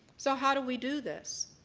so how do we do this?